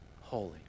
holy